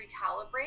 recalibrate